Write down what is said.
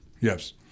Yes